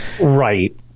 Right